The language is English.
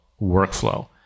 workflow